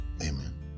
Amen